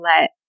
let